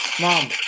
Mom